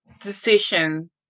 decision